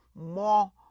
more